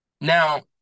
Now